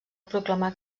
proclamar